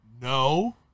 No